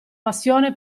passione